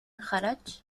خرج